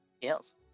Yes